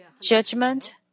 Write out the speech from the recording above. Judgment